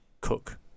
cook